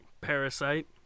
Parasite